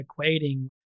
equating